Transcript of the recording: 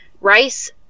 rice